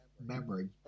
memory